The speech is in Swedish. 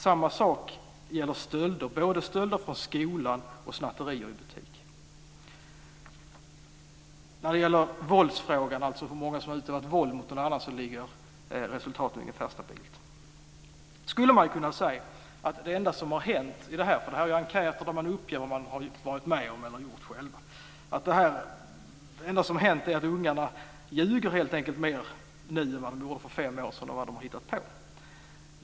Samma sak gäller stölder, både stölder från skolan och snatterier i butik. När det gäller våldsfrågan, dvs. hur många som har utövat våld mot någon annan, ligger resultaten ganska stabilt. Nu skulle man ju kunna säga att det enda som har hänt är att ungarna helt enkelt ljuger mer nu om vad de har hittat på än vad de gjorde för fem år sedan. Detta är ju enkäter där man uppger vad man har varit med om och vad man har gjort själv.